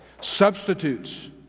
Substitutes